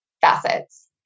facets